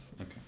Okay